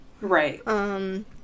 Right